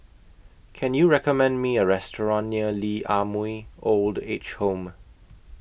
Can YOU recommend Me A Restaurant near Lee Ah Mooi Old Age Home